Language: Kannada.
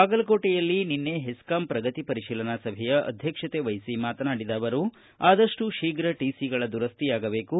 ಬಾಗಲಕೋಟೆಯಲ್ಲಿ ನಿನ್ನೆ ಹೆಸ್ನಾಂ ಪ್ರಗತಿ ಪರಿಶೀಲನಾ ಸಭೆಯ ಅಧ್ಯಕ್ಷತೆ ವಹಿಸಿ ಮಾತನಾಡಿದ ಅವರು ಆದಪ್ಟು ಶೀಘ ಟಿಸಿಗಳ ದುರಸ್ತಿಯಾಗಬೇಕು